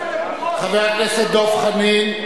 160,000 דירות, חבר הכנסת דב חנין.